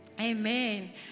Amen